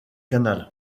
canal